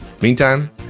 Meantime